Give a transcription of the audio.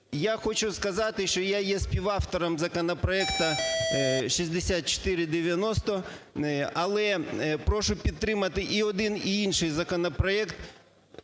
Я хочу сказати, що я є співавтором законопроекту 6490, але прошу підтримати і один, і інший законопроект.